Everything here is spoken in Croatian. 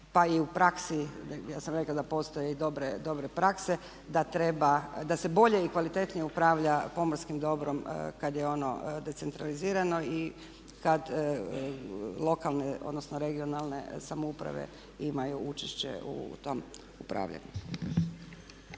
pa i u praksi, ja sam rekla da postoje dobre prakse, da se bolje i kvalitetnije upravlja pomorskim dobrom kad je ono decentralizirano i kad lokalne odnosno regionalne samouprave imaju učešće u tom upravljanju.